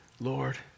Lord